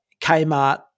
Kmart